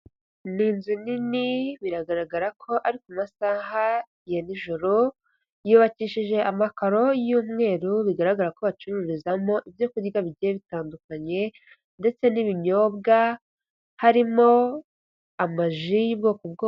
Ni inzu nini biragaragara ko ari ku masaha ya nijoro, yubakishije amakaro y'umweru bigaragara ko bacururizamo ibyo kurya bigiye bitandukanye ndetse n'ibinyobwa, harimo amaji y'ubwoko bwo...